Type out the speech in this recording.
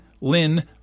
Lynn